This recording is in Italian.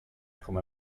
come